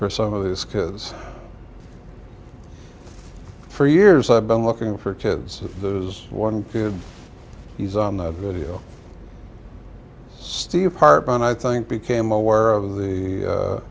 for some of his kids for years i've been looking for kids if there is one kid he's on the video steve harper and i think became aware of the